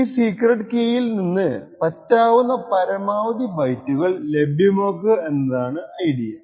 ഈ സീക്രെട്ട് കീയിൽ നിന്ന് പറ്റാവുന്ന പരമാവധി ബൈറ്റുകൾ ലഭ്യമാക്കുക എന്നതാണ് ഐഡിയ